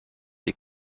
des